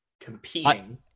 competing